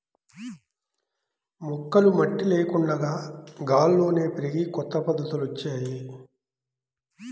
మొక్కలు మట్టి లేకుండా గాల్లోనే పెరిగే కొత్త పద్ధతులొచ్చాయ్